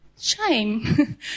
shame